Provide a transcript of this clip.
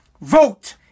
Vote